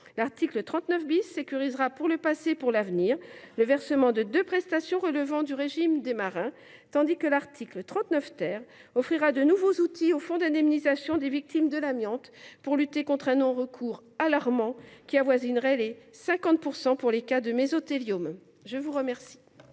L’article 39 sécurisera, pour le passé et pour l’avenir, le versement de deux prestations relevant du régime des marins, tandis que l’article 39 offrira de nouveaux outils au fonds d’indemnisation des victimes de l’amiante pour lutter contre un non recours alarmant, qui avoisinerait les 50 % pour les victimes de mésothéliome. La parole